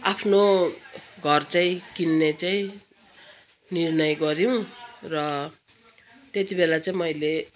आफ्नो घर चाहिँ किन्ने चाहिँ निर्नय गऱ्यौँ र त्यति बेला चाहिँ मैले